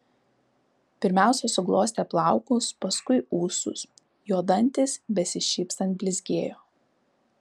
pirmiausia suglostė plaukus paskui ūsus jo dantys besišypsant blizgėjo